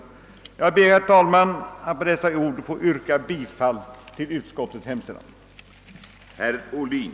Jag ber, herr talman, att med dessa ord få yrka bifall till utskottets hemställan.